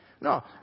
No